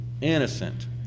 innocent